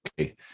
Okay